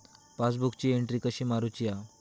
पासबुकाची एन्ट्री कशी मारुची हा?